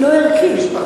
לא ערכי.